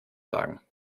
sagen